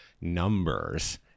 numbers